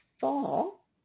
fall